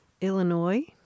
Illinois